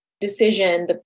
decision